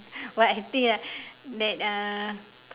what I think ah that uh